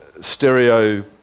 stereo